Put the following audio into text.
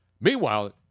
Meanwhile